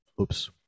Oops